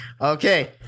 Okay